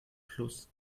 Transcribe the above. plus